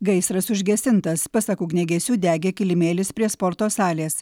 gaisras užgesintas pasak ugniagesių degė kilimėlis prie sporto salės